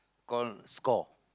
call score